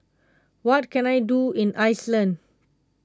what can I do in Iceland